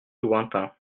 lointain